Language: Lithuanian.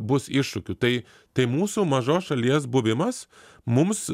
bus iššūkių tai tai mūsų mažos šalies buvimas mums